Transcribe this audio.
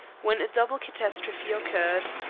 when a double catastrophe occurred.